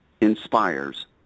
inspires